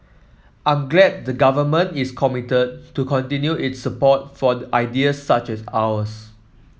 I'm glad the Government is committed to continue its support for ideas such as ours